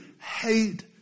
hate